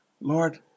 Lord